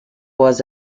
was